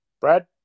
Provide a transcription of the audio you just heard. Brad